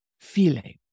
feeling